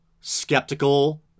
skeptical